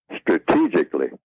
strategically